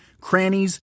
crannies